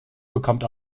bekommt